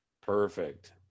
Perfect